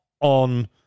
on